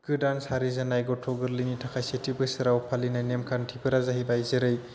गोदान सारिजेननाय गथ' गोरलैनि थाखाय सेथि बोसोराव फालिनाय नेमखान्थिफोरा जाहैबा जेरै